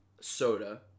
soda